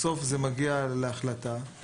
בסוף זה מגיע להחלטה של